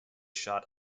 shot